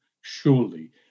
surely